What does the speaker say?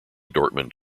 dortmund